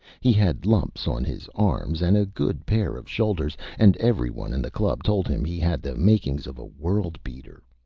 he had lumps on his arms and a good pair of shoulders, and every one in the club told him he had the makings of a world-beater.